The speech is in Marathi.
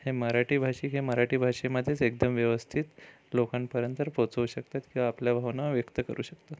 हे मराठी भाषिक हे मराठी भाषेमध्येच एकदम व्यवस्थित लोकांपर्यंत पोहोचवू शकतात किंवा आपल्या भावना व्यक्त करू शकतात